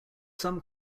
some